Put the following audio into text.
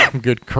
good